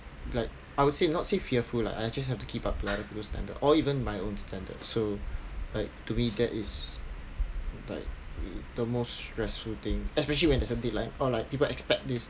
like I would say not say fearful lah I just have to keep up with other people's standard or even my own standard so like to me that is like the most stressful thing especially when there's something like or like people expect this